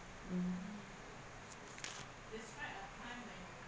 mm